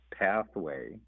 pathway